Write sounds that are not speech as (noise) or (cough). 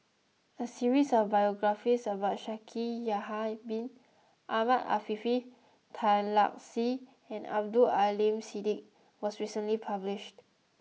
a series of biographies about Shaikh Yahya bin Ahmed Afifi Tan Lark Sye and Abdul Aleem Siddique (noise) was recently published